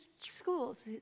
schools